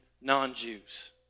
non-Jews